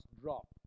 drop